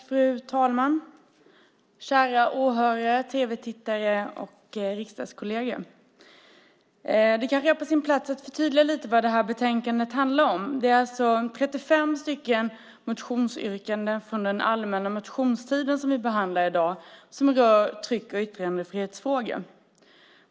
Fru talman! Kära åhörare, tv-tittare och riksdagskolleger! Det kanske är på sin plats att förtydliga lite vad det här betänkandet handlar om. Det är alltså 35 stycken motionsyrkanden från den allmänna motionstiden som vi behandlar i dag och som rör tryck och yttrandefrihetsfrågan.